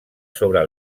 sobre